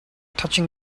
touching